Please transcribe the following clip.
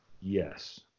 Yes